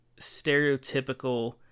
stereotypical